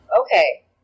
Okay